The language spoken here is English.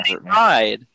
ride